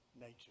nature